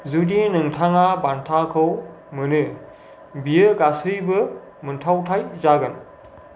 जुदि नोंथाङा बान्थाखौ मोनो बियो गासैबो मोनथावथाइ जागोन